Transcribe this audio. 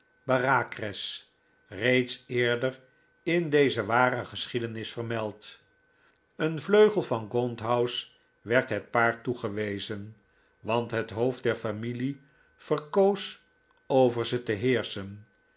bareacres reeds eerder in deze ware geschiedenis vermeld een vleugel van gaunt house werd het paar toegewezen want het hoofd der familie verkoos over ze te heerschen